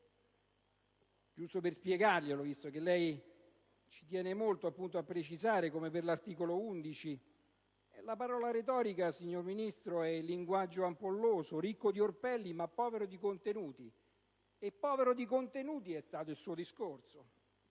giusto spiegarglielo, visto che lei ci tiene molto a precisare, come per l'articolo 11. Il termine «retorica», signor Ministro, indica un linguaggio ampolloso, ricco di orpelli ma povero di contenuti; e povero di contenuti è stato il suo discorso,